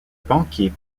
banquier